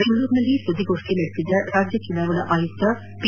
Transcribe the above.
ಬೆಂಗಳೂರಿನಲ್ಲಿ ಸುದ್ದಿಗೋಷ್ಠಿ ನಡೆಸಿದ ರಾಜ್ಯ ಚುನಾವಣಾ ಆಯುಕ್ತ ಪಿ